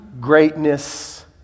greatness